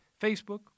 Facebook